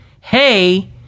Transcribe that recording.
Hey